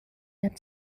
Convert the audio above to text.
der